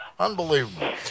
Unbelievable